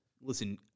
Listen